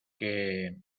que